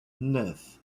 neuf